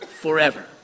forever